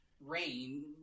rain